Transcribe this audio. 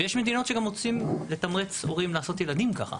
ויש מדינות שגם רוצים לתמרץ הורים לעשות ילדים ככה,